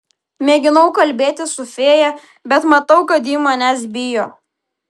mėginau kalbėtis su fėja bet matau kad ji manęs bijo